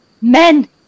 men